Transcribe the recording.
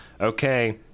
okay